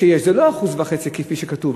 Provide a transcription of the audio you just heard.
זה לא 1.5% כפי שכתוב.